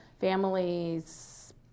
families